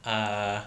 ah